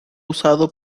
usado